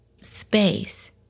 space